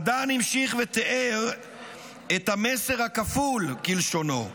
אדן המשיך ותיאר את המסר הכפול, כלשונו,